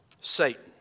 Satan